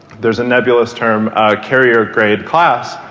there's a nebulous term carrier grade class.